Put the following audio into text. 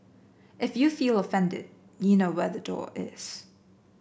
if you feel offended you know where the door is